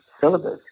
syllabus